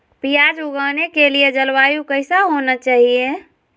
प्याज उगाने के लिए जलवायु कैसा होना चाहिए?